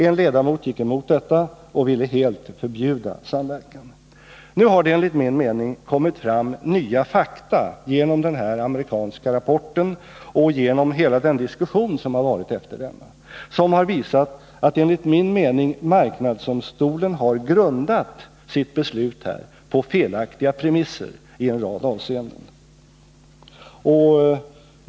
En ledamot gick emot detta och ville helt förbjuda samverkan. Nu har nya fakta kommit fram genom den amerikanska rapporten och genom hela den diskussion som varit efter denna och som har visat, enligt min mening, att marknadsdomstolen har grundat sitt beslut på felaktiga premisser i en rad avseenden.